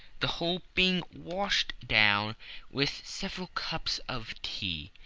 the whole being washed down with several cups of tea,